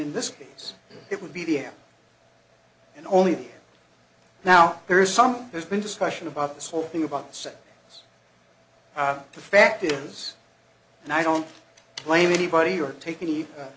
in this case it would be d m and only now there is some there's been discussion about this whole thing about said the fact is and i don't blame anybody or take any